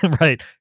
right